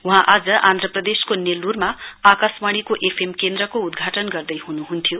वहाँ आज आन्ध्रप्रदेशको नेल्लूरमा आकाशवाणीको एफ एम केन्द्रको उद्घाटन गर्दैहुनुहुन्थ्यो